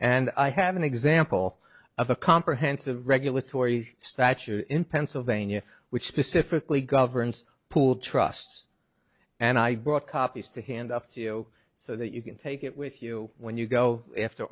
and i have an example of a comprehensive regulatory stature in pennsylvania which specifically governs pool trusts and i brought copies to hand up to you so that you can take it with you when you go after